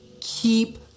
keep